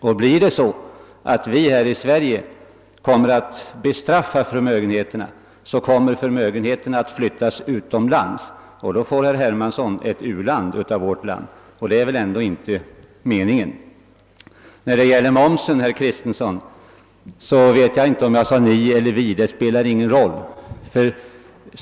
Om vi i Sverige bestraffar förmögenheterna, kommer förmögenheterna att flyttas utomlands. Då blir Sverige ett u-land, och det är väl ändå inte herr Hermanssons mening. Till herr Kristenson vill jag säga att jag inte vet, om jag beträffande momsen sade »vi» eller »ni», men det spelar heller ingen roll.